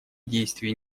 действий